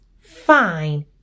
fine